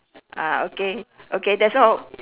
ah okay okay that's all